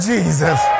Jesus